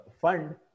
fund